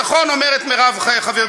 וזה הצליח, נכון, אומרת מרב חברתי.